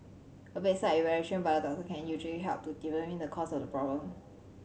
a bedside evaluation by the doctor can usually help to determine the cause of the problem